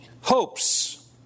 hopes